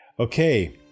Okay